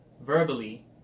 verbally